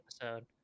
episode